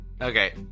Okay